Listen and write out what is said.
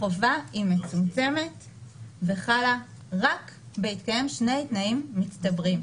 החובה היא מצומצמת וחלה רק בהתקיים שני תנאים מצטברים.